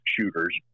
shooters